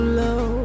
low